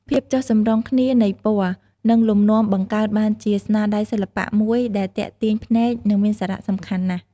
ភាពចុះសម្រុងគ្នានៃពណ៌ និងលំនាំបង្កើតបានជាស្នាដៃសិល្បៈមួយដែលទាក់ទាញភ្នែក និងមានសារៈសំខាន់ណាស់។